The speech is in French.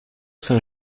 saint